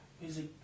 Music